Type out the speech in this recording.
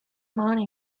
mountain